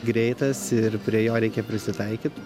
greitas ir prie jo reikia prisitaikyt